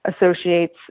associates